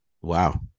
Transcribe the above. Wow